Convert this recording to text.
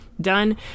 done